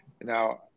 now